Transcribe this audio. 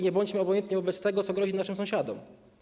Nie bądźmy obojętni wobec tego, co grozi naszym sąsiadom.